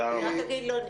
תודה רבה.